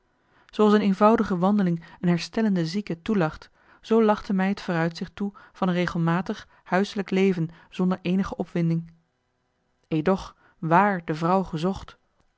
zooals een eenvoudige wandeling een herstellende marcellus emants een nagelaten bekentenis zieke toelacht zoo lachte mij het vooruitzicht toe van een regelmatig huiselijk leven zonder eeninge opwinding edoch waar de vrouw gezocht